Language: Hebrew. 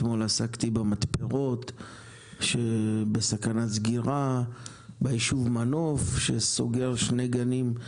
אתמול עסקתי במתפרות שבסכנת סגירה ביישוב מנוף שסוגר שני גנים,